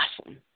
awesome